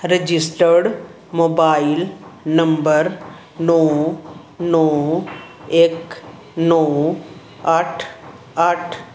registered mobile number ਨੌਂ ਨੌਂ ਇੱਕ ਨੌਂ ਅੱਠ ਅੱਠ